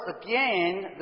again